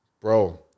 Bro